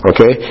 Okay